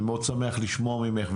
אני מאוד שמח לשמוע ממך.